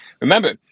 remember